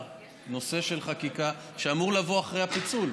את נושא החקיקה שאמור לבוא אחרי הפיצול.